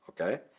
okay